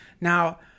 Now